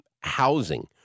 housing